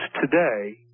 today